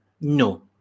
no